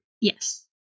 Yes